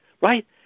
right